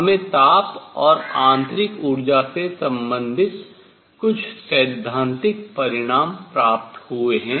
हमें ताप और आंतरिक ऊर्जा से संबंधित कुछ सैद्धांतिक परिणाम प्राप्त हुए हैं